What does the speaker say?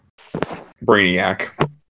Brainiac